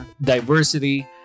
diversity